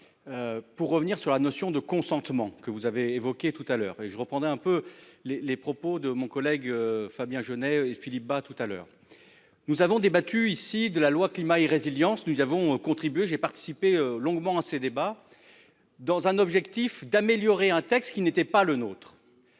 Pour revenir sur la notion de consentement que vous avez évoqué tout à l'heure et je reprendrais un peu les, les propos de mon collègue Fabien Genêt et Philippe Bas tout à l'heure. Nous avons débattu ici de la loi climat et résilience nous avons contribué j'ai participé longuement à ces débats. Dans un objectif d'améliorer un texte qui n'était pas le nôtre.